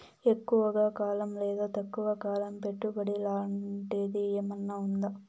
ఎక్కువగా కాలం లేదా తక్కువ కాలం పెట్టుబడి లాంటిది ఏమన్నా ఉందా